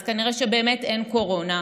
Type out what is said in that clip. אז כנראה שבאמת אין קורונה,